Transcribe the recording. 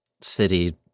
city